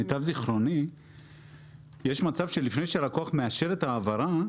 למיטב זיכרוני יש מצב שלפני שהלקוח מאשר את ההעברה,